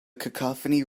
cacophony